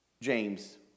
James